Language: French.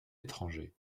étrangers